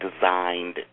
designed